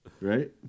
Right